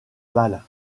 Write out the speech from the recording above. balle